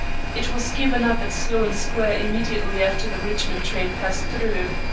it was given up at sloan square immediately after the richmond train passed through.